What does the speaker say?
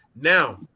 Now